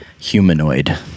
humanoid